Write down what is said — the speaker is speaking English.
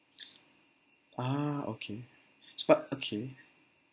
ah okay but okay